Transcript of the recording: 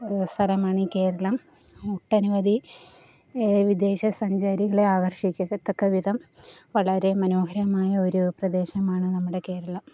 സ്ഥലമാണീ കേരളം ഒട്ടനവധി വിദേശ സഞ്ചാരികളെ ആകർഷിക്കത്തക്ക വിധം വളരെ മനോഹരമായ ഒരു പ്രദേശമാണ് നമ്മുടെ കേരളം